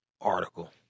article